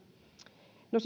no